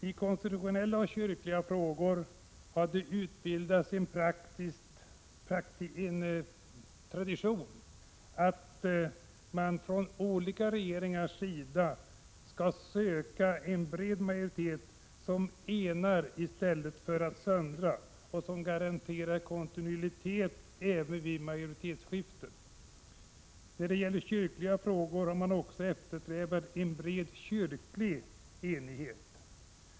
I konstitutionella och kyrkliga frågor har det utbildats en tradition av olika regeringar att söka en bred majoritet, som enar i stället för att söndra och som garanterar kontinuitet även vid majoritetsskiften. När det gäller kyrkliga frågor har man också eftersträvat en bred kyrklig enighet.